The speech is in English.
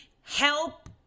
help